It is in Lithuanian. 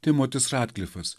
timotis radklifas